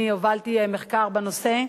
אני הובלתי מחקר בנושא,